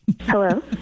Hello